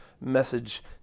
message